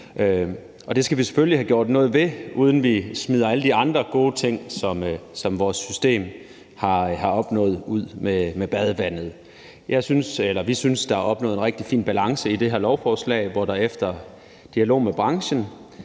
det skal vi selvfølgelig have gjort noget ved, uden at vi smider alle de andre gode ting, som vores system har opnået, ud med badevandet. Vi synes, der er opnået en rigtig fin balance i det her lovforslag, hvor der efter dialog med branchen